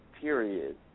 period